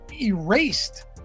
erased